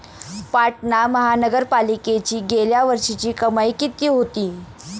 पाटणा महानगरपालिकेची गेल्या वर्षीची कमाई किती होती?